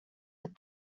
with